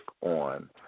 on